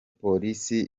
polisi